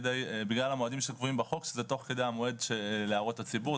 ובגלל המועדים שקבועים בחוק היה ברור שזה תוך כדי המועד להערות הציבור.